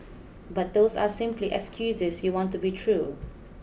but those are simply excuses you want to be true